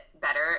better